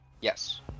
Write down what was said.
Yes